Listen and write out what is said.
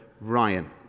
Ryan